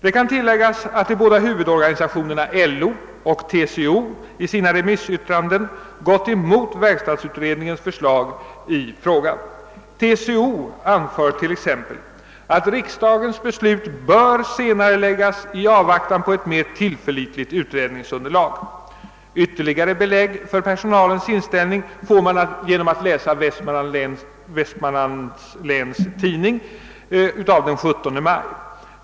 Det kan tilläggas att de båda huvudorganisationerna LO och TCO i sina remissyttranden har gått emot verkstadsutredningens förslag i CVV-frågan. TCO anför t.ex. att riksdagens beslut bör senareläggas i avvaktan på ett mer tillförlitligt utredningsunderlag. Ytterligare belägg för personalens inställning får man genom att läsa Vestmanlands Läns Tidning av den 17 maj.